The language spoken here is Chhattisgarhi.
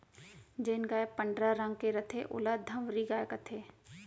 जेन गाय पंडरा रंग के रथे ओला धंवरी गाय कथें